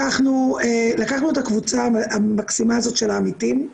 לקחנו את הקבוצה המקסימה הזאת של עמיתים,